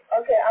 Okay